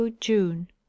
june